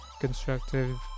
constructive